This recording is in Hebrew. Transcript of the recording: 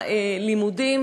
על הלימודים.